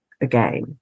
again